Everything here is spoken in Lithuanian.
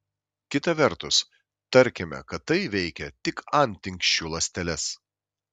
kita vertus tarkime kad tai veikia tik antinksčių ląsteles